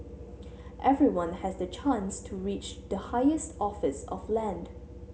everyone has the chance to reach the highest office of land